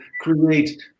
create